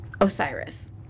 Osiris